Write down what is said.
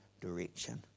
direction